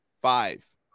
FIVE